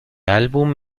álbum